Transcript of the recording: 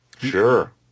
Sure